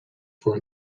for